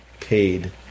paid